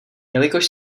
jelikož